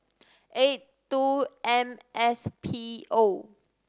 eight two M S P O